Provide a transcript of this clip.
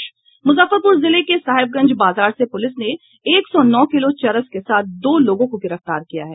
मुजफ्फरपुर जिले के साहेबगंज बाजार से पुलिस ने एक सौ नौ किलो चरस के साथ दो लोगों को गिरफ्तार किया है